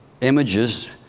images